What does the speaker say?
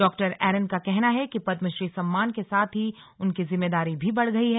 डॉ एरन का कहना है कि पद्मश्री सम्मान के साथ ही उनकी जिम्मेदारी भी बढ़ गई है